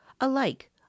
alike